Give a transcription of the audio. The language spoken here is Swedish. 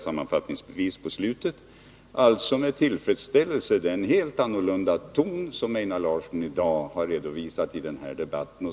Sammanfattningsvis hälsar jag med tillfredsställelse den helt annorlunda ton som Einar Larsson i dag har använt i den här debatten.